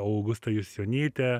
augusta jusionyte